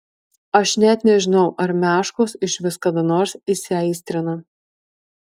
aš net nežinau ar meškos išvis kada nors įsiaistrina